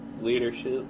leadership